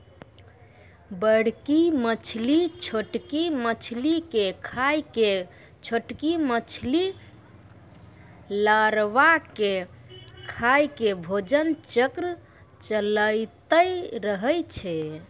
बड़की मछली छोटकी मछली के खाय के, छोटकी मछली लारवा के खाय के भोजन चक्र चलैतें रहै छै